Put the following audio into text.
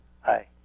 Hi